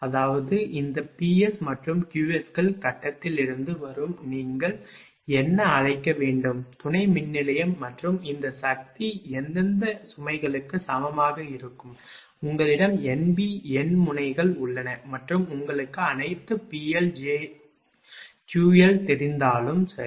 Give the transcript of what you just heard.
அதாவது இந்த Ps மற்றும் Qs கள் கட்டத்திலிருந்து வரும் நீங்கள் என்ன அழைக்க வேண்டும் துணை மின்நிலையம் மற்றும் இந்த சக்தி எந்தெந்த சுமைகளுக்கு சமமாக இருக்கும் உங்களிடம் NB எண் முனைகள் உள்ளன மற்றும் உங்களுக்கு அனைத்து PL QL தெரிந்தாலும் சரி